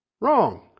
wrong